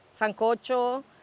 sancocho